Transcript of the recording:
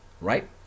right